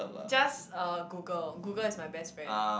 just uh Google Google is my best friend